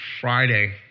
Friday